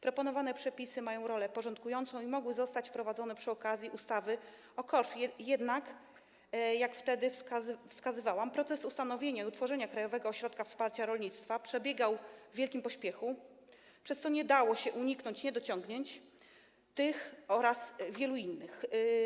Proponowane przepisy pełnią rolę porządkującą i mogły zostać wprowadzone przy okazji ustawy o KOWR, jednak - jak wtedy wskazywałam - proces ustanowienia i utworzenia Krajowego Ośrodka Wsparcia Rolnictwa przebiegał w wielkim pośpiechu, przez co nie dało się uniknąć niedociągnięć, tych oraz wielu innych.